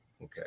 okay